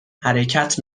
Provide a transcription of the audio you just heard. حرکت